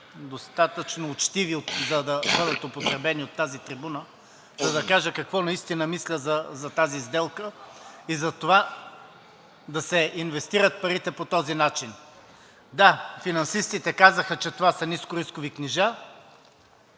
достатъчно учтиви думи, за да бъдат употребени от тази трибуна, за да кажа какво наистина мисля за тази сделка и за това да се инвестират парите по този начин. Да, финансистите казаха, че това са нискорискови книжа.